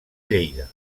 lleida